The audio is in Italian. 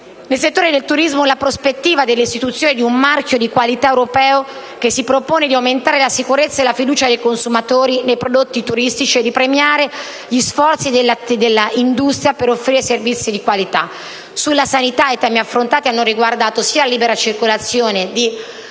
Nel settore del turismo, interessante è la prospettiva dell'istituzione di un marchio di qualità europeo, che si propone di aumentare la fiducia e la sicurezza dei consumatori nei prodotti turistici e di premiare gli sforzi dell'industria per offrire servizi di qualità. Sulla sanità i temi affrontati hanno riguardato non soltanto la libera circolazione